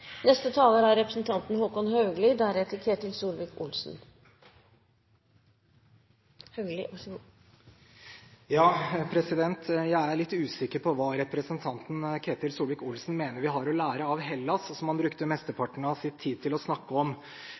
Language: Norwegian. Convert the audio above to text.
Jeg er litt usikker på hva representanten Ketil Solvik-Olsen mener vi har å lære av Hellas, som han brukte mesteparten av sin tid til å snakke om.